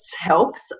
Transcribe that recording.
helps